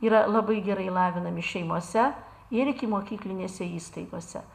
yra labai gerai lavinami šeimose ir ikimokyklinėse įstaigose